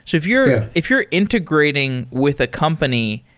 so if you're if you're integrating with a company,